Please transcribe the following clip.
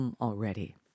already